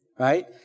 Right